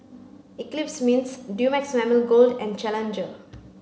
Eclipse Mints Dumex Mamil Gold and Challenger